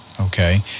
Okay